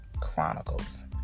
Chronicles